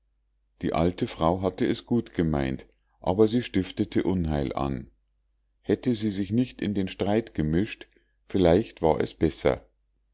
die alte frau hatte es gut gemeint aber sie stiftete unheil an hätte sie sich nicht in den streit gemischt vielleicht war es besser